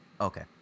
Okay